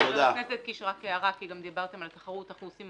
הערה אנחנו,